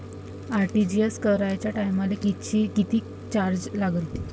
RTGS कराच्या टायमाले किती चार्ज लागन?